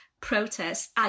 Protests